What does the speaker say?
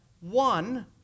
one